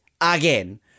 again